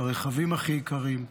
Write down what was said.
את הרכבים הכי יקרים.